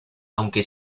aunque